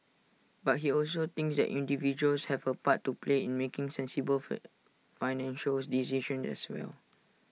but he also thinks that individuals have A part to play in making sensible for financial decisions as well